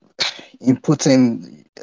inputting